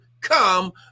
come